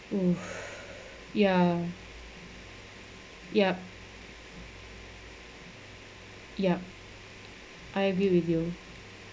ya yup yup I agree with you